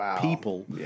people